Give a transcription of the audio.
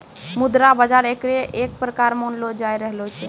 मुद्रा बाजार एकरे एक प्रकार मानलो जाय रहलो छै